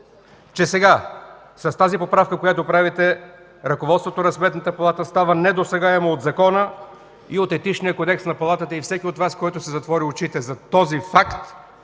че с поправката, която правите, ръководството на Сметната палата става недосегаемо от закона и от Етичния кодекс на Палатата. Всеки от Вас, който си затвори очите за този факт,